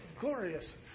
glorious